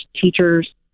teachers